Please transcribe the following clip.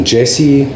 Jesse